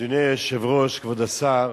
אדוני היושב-ראש, כבוד השר,